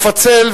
לפצל,